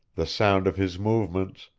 the sound of his movements,